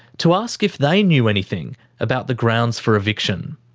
to ask if they knew anything about the grounds for eviction.